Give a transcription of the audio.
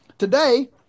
Today